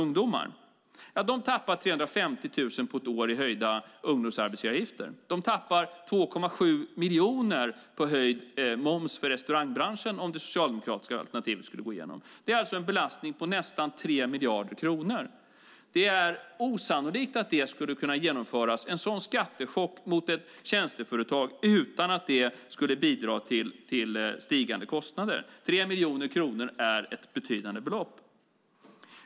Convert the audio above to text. Detta företag tappar 350 000 kronor på ett år i höjda ungdomsarbetsgivaravgifter. De tappar 2,7 miljoner på höjd moms för restaurangbranschen om det socialdemokratiska alternativet skulle gå igenom. Det är alltså en belastning på nästan 3 miljoner kronor. Det är osannolikt att en sådan skattechock mot ett tjänsteföretag skulle kunna genomföras utan att det skulle bidra till stigande kostnader. 3 miljoner kronor är ett betydande belopp.